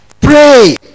Pray